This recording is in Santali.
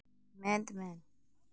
ᱢᱮᱫ ᱢᱮᱫ